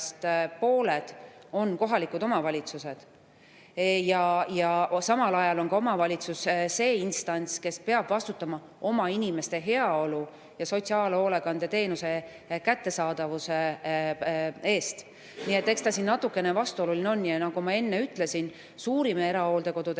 pooled on kohalikud omavalitsused. Samal ajal on omavalitsus see instants, kes peab vastutama oma inimeste heaolu ja sotsiaalhoolekandeteenuse kättesaadavuse eest. Nii et eks see natuke vastuoluline ole. Nagu ma enne ütlesin, suurim erahooldekodude